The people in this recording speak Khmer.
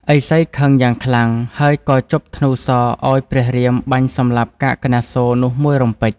ឥសីខឹងយ៉ាងខ្លាំង ហើយក៏ជបធ្នូសរឱ្យព្រះរាមបាញ់សម្លាប់កាកនាសូរនោះមួយរំពេច។